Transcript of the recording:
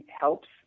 helps